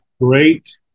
great